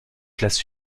classes